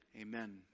amen